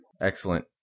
excellent